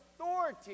authority